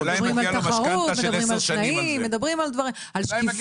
מדברים על תחרות, מדברים תנאים, על שקיפות.